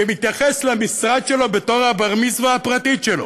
שמתייחס למשרד שלו כאל הבר-מצווה הפרטית שלו.